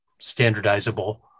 standardizable